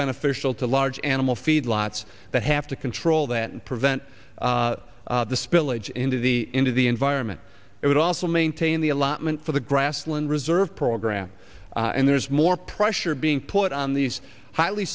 beneficial to large animal feedlots that have to control that and prevent the spillage into the into the environment it would also maintain the allotment for the grassland reserve program and there's more pressure being put on these highly